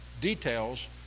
details